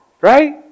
Right